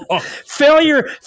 Failure